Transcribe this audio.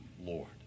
Lord